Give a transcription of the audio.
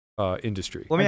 industry